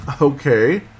Okay